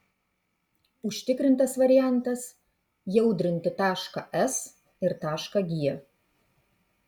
užtikrintas variantas jaudrinti tašką s ir tašką g